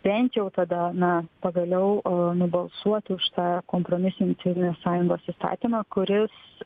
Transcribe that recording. bent jau tada na pagaliau nubalsuoti už tą kompromisinį civilinės sąjungos įstatymą kuris